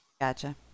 Gotcha